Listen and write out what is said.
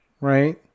right